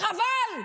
וחבל,